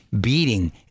beating